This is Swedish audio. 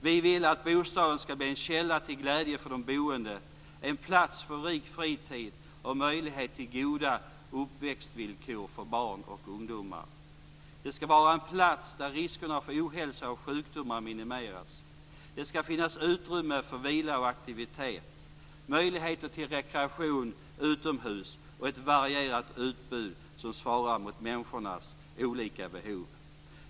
Vi vill att bostaden skall bli en källa till glädje för de boende, en plats för rik fritid och möjligheter till goda uppväxtvillkor för barn och ungdomar. Det skall vara en plats där riskerna för ohälsa och sjukdomar minimeras. Det skall finnas utrymme för vila och aktivitet, möjligheter till rekreation utomhus och ett varierat utbud som svarar mot människors olika behov.